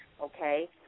Okay